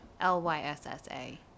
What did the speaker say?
L-Y-S-S-A